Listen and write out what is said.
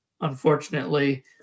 Unfortunately